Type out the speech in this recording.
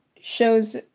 shows